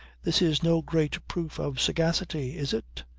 this is no great proof of sagacity is it?